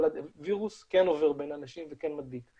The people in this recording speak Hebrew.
אבל הווירוס כן עובר בין האנשים וכן מדביק.